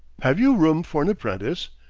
have you room for an apprentice?